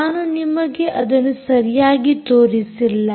ನಾನು ನಿಮಗೆ ಅದನ್ನು ಸರಿಯಾಗಿ ತೋರಿಸಿಲ್ಲ